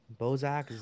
Bozak